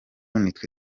nitwe